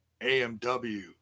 amw